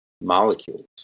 molecules